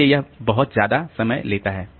इसलिए वह बहुत ज्यादा समय लेता है